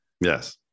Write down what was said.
Yes